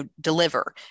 deliver